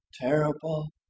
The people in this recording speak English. terrible